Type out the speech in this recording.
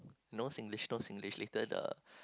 no Singlish no Singlish later the